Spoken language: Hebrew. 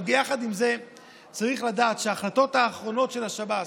אבל יחד עם זאת צריך לדעת שההחלטות האחרונות של השב"ס,